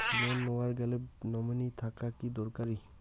Loan নেওয়ার গেলে nominee থাকা কি দরকারী?